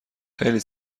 خیلی